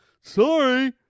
Sorry